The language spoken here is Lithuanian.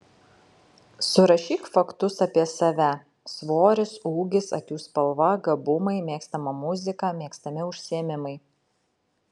surašyk faktus apie save svoris ūgis akių spalva gabumai mėgstama muzika mėgstami užsiėmimai